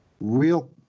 real